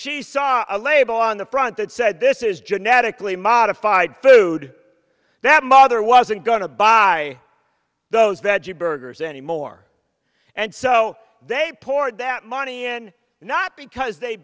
she saw a label on the front that said this is genetically modified food that mother wasn't going to buy those veggie burgers anymore and so they poured that money in not because they